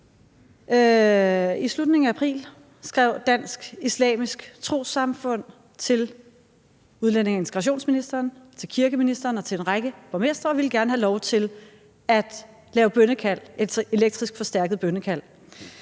I slutningen af april skrev Dansk Islamisk Trossamfund til udlændinge- og integrationsministeren, til kirkeministeren og til en række borgmestre, at de gerne ville have lov